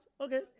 okay